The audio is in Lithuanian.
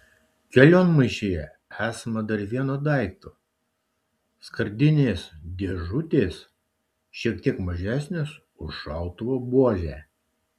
kelionmaišyje esama dar vieno daikto skardinės dėžutės šiek tiek mažesnės už šautuvo buožę